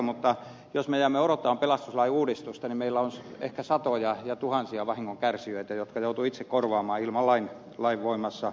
mutta jos me jäämme odottamaan pelastuslain uudistusta niin meillä on ehkä satoja ja tuhansia vahingonkärsijöitä jotka joutuvat itse korvaamaan ilman lain voimassaoloa